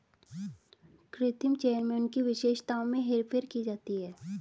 कृत्रिम चयन में उनकी विशेषताओं में हेरफेर की जाती है